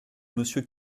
monsieur